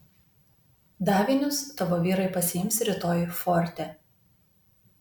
davinius tavo vyrai pasiims rytoj forte